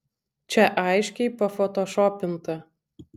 čia aiškiai pafotošopinta